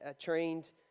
trained